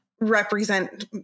represent